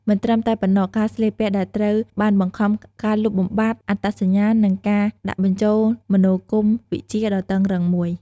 មិនត្រឹមតែប៉ុណ្ណោះ ការស្លៀកពាក់ដែលត្រូវបានបង្ខំ ការលុបបំបាត់អត្តសញ្ញាណ និងការដាក់បញ្ចូលមនោគមវិជ្ជាដ៏តឹងរ៉ឹងមួយ។